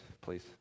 please